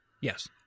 yes